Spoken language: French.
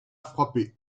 frappé